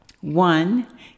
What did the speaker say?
One